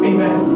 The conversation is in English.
Amen